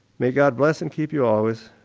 may god bless and keep you always.